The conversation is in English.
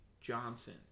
Johnson